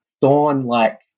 thorn-like